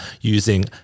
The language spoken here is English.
using